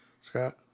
Scott